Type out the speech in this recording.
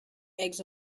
eggs